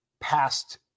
past